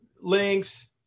links